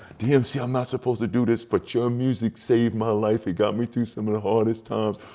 dmc, i'm not supposed to do this, but your music saved my life. it got me through some of the hardest times.